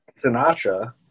Sinatra